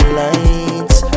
lights